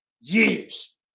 years